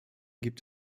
gibt